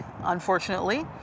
unfortunately